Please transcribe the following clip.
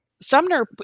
Sumner